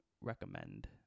recommend